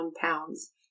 pounds